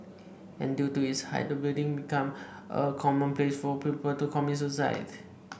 and due to its height the building became a common place for people to commit suicide